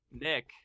Nick